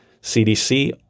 CDC